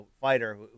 fighter